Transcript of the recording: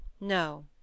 No